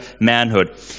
manhood